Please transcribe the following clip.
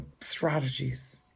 strategies